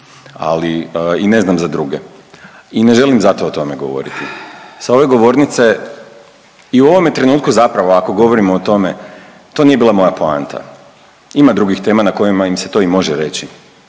ali i ne znam za druge i ne želim zato o tome govoriti. Sa ove govornice i u ovome trenutku zapravo ako govorimo o tome to nije bila moja poanta, ima drugih tema na kojima im se to i može reći,